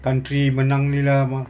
country menang ini lah ma~